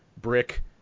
Brick